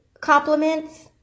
compliments